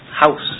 House